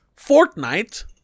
Fortnite